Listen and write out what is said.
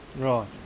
Right